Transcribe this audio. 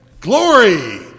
Glory